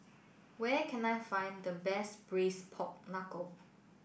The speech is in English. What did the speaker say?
where can I find the best Braised Pork Knuckle